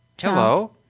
Hello